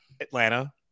Atlanta